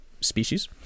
species